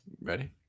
ready